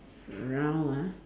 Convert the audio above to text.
round ah